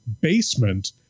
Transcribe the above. basement